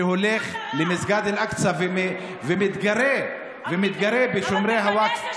שהולך למסגד אל-אקצא ומתגרה, אבל תגנה את זה